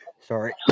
Sorry